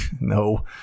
no